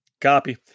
Copy